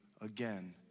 again